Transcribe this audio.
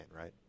right